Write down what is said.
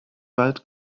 bald